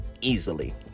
easily